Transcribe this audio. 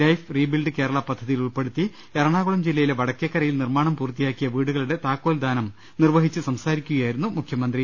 life rebuild Kerala പദ്ധതിയിൽ ഉൾപ്പെടുത്തി എറണാകുളം ജില്ലയിലെ വടക്കേക്കരയിൽ നിർമ്മാണം പൂർത്തിയാക്കിയ വീടുകളുടെ താക്കോൽദാനം നിർവ്വ ഹിച്ചു സംസാരിക്കുകയായിരുന്നു മുഖ്യമന്ത്രി